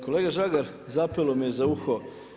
Kolega Žagar, zapelo mi je za uho.